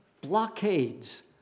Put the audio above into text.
Blockades